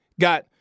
got